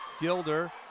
Gilder